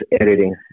editing